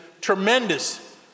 tremendous